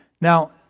Now